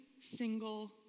single